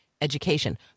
education